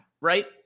right